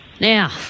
Now